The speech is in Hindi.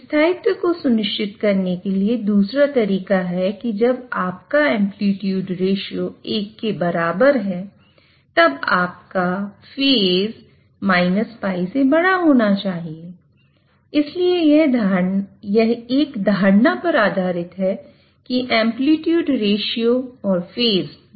स्थायित्व को सुनिश्चित करने के लिए दूसरा तरीका है कि जब आपका एंप्लीट्यूड रेश्यो के हैं